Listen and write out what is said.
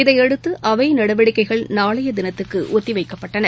இதையடுத்துஅவைநடவடிக்கைகள் நாளையதினத்துக்குஒத்திவைக்கப்பட்டன